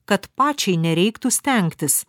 kad pačiai nereiktų stengtis